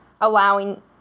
allowing